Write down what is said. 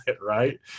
Right